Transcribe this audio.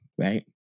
right